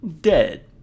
dead